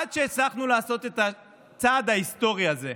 עד שהצלחנו לעשות את הצעד ההיסטורי הזה,